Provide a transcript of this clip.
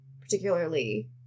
particularly